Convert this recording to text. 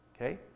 Okay